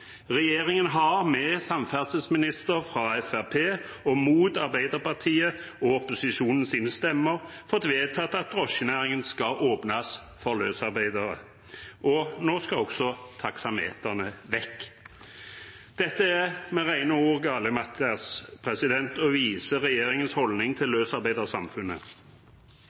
Regjeringen har med samferdselsminister fra Fremskrittspartiet og mot Arbeiderpartiet og resten av opposisjonens stemmer fått vedtatt at drosjenæringen skal åpnes for løsarbeidere, og nå skal også taksametrene vekk. Dette er med rene ord galimatias og viser regjeringens holdning til løsarbeidersamfunnet. På toppen av